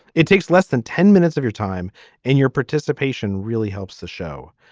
it takes less than ten minutes of your time and your participation really helps the show.